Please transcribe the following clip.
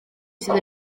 sydd